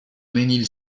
mesnil